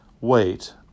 wait